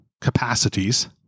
capacities